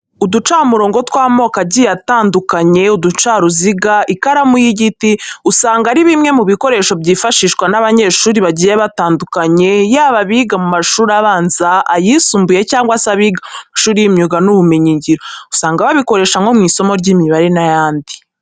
Uducamurongo tw'amoko agiye atandukanye, uducaruziga, ikaramu y'igiti usanga ari bimwe mu bikoresho byifashishwa n'abanyeshuri bagiye batandukanye, yaba abiga mu mashuri abanza, ayisumbuye cyangwa se abiga mu bigo by'imyuga n'ubumenyingiro. Usanga babikoresha nko mu isomo ry'imibare n'ayandi.